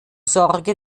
sorge